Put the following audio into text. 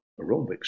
aerobics